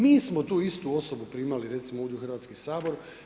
Mi smo tu istu osobu primali recimo, ovdje u Hrvatski sabor.